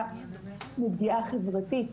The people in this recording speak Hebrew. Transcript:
מפגיעה חברתית.